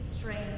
strange